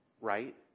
right